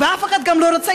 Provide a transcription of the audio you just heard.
ואף אחד גם לא רצה,